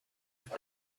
with